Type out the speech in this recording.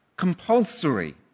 compulsory